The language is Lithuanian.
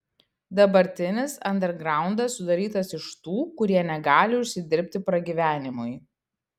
dabartinis andergraundas sudarytas iš tų kurie negali užsidirbti pragyvenimui